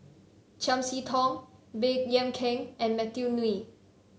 Chiam See Tong Baey Yam Keng and Matthew Ngui